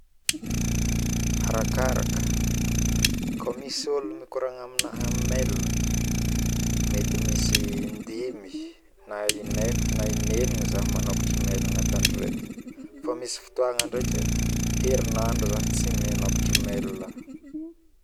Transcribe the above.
arakaraka kô misy ologno mikoragna aminahy amin'ny mail mety misy indimy na inenigny zaho manokatra mail agnatini adro raiky fa misy fitoagna ndraiky e herinandro zah tsy manokatra mail